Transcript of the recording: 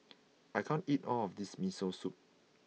I can't eat all of this Miso Soup